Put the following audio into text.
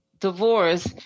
divorce